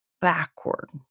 backward